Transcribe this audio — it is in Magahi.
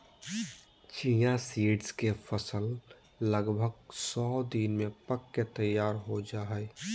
चिया सीड्स के फसल लगभग सो दिन में पक के तैयार हो जाय हइ